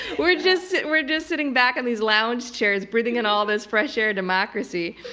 we're just we're just sitting back in these lounge chairs breathing in all this fresh-air democracy.